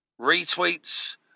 retweets